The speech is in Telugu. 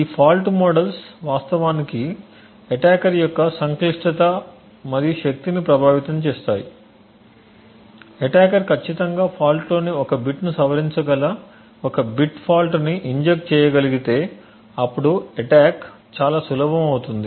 ఈ ఫాల్ట్ మోడల్స్ వాస్తవానికి అటాకర్ యొక్క సంక్లిష్టత మరియు శక్తిని ప్రభావితం చేస్తాయి అటాకర్ ఖచ్చితంగా ఫాల్ట్ లోని ఒక బిట్ను సవరించగల ఒక బిట్ ఫాల్ట్ను ఇంజెక్ట్ చేయగలిగితే అప్పుడు అటాక్ చాలా సులభం అవుతుంది